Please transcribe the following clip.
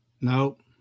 Nope